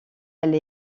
elle